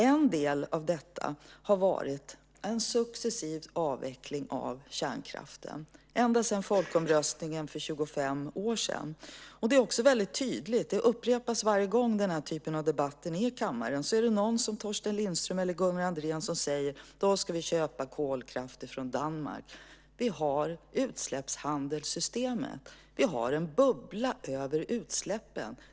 En del av detta har varit en successiv avveckling av kärnkraften ända sedan folkomröstningen för 25 år sedan. Varje gång den här typen av debatt förs i kammaren säger någon som Torsten Lindström eller Gunnar Andrén att vi ska köpa kolkraft från Danmark. Vi har utsläppshandelssystemet. Vi har en bubbla över utsläppen.